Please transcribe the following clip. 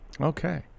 Okay